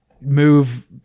move